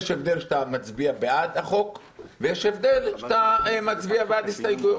יש הבדל בין זה שאתה מצביע בעד החוק לבין זה שאתה מצביע בעד הסתייגויות.